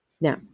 Now